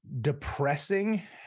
depressing